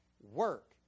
work